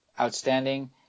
outstanding